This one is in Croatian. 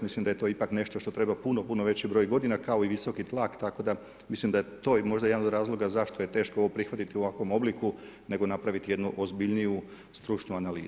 Mislim da je to ipak nešto što treba puno, puno veći broj godina kao i visoki tlak, tako da mislim da je i to jedan od razloga zašto je teško ovo prihvatiti u ovakvom obliku nego napraviti jednu ozbiljniju stručnu analizu.